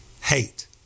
hate